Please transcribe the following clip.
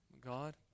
God